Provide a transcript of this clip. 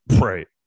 right